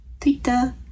Twitter